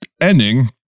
ending